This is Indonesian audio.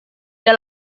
dia